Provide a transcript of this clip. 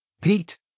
Pete